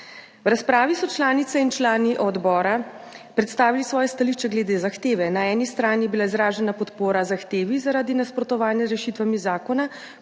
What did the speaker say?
V razpravi so članice in člani odbora predstavili svoje stališče glede zahteve. Na eni strani je bila izražena podpora zahtevi zaradi nasprotovanja rešitvam iz zakona,